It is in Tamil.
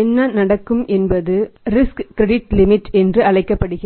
என்ன நடக்கும் என்பது ஆபத்து கடன் வரம்பு என்று அழைக்கப்படுகிறது